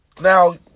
Now